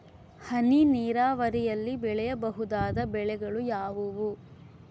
ಹನಿ ನೇರಾವರಿಯಲ್ಲಿ ಬೆಳೆಯಬಹುದಾದ ಬೆಳೆಗಳು ಯಾವುವು?